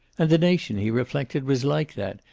and the nation, he reflected, was like that,